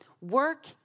Work